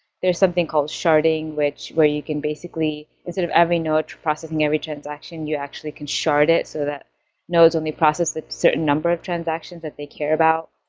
there's something called sharding, which where you can basically instead of every node processing every transaction, you actually can shard it so that nodes only process the certain number of transactions that they care about.